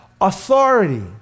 authority